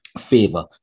favor